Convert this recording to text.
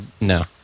No